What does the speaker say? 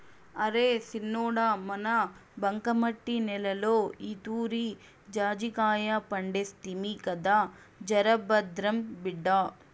అరే సిన్నోడా మన బంకమట్టి నేలలో ఈతూరి జాజికాయ పంటేస్తిమి కదా జరభద్రం బిడ్డా